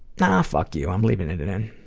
but fuck you, i'm leaving it it in.